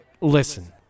listen